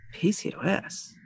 PCOS